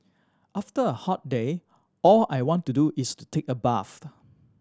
after a hot day all I want to do is to take a bath